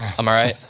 i'm alright.